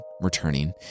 returning